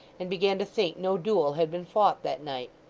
and began to think no duel had been fought that night.